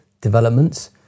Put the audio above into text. developments